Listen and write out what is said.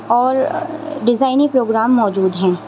اور ڈیزائنی پروگرام موجود ہیں